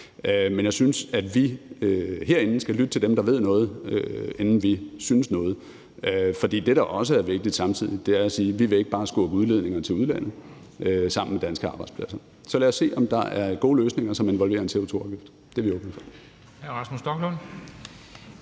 Men jeg synes, at vi herinde skal lytte til dem, der ved noget, inden vi synes noget, for det, der samtidig er vigtigt, er at sige: Vi vil ikke bare skubbe udledningerne til udlandet sammen med danske arbejdspladser. Så lad os se, om der er gode løsninger, som involverer en CO2-afgift; det er vi åbne for.